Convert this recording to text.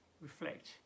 reflect